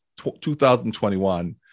2021